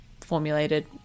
formulated